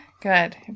Good